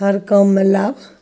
हर काम मे लाभ